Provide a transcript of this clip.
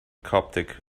coptic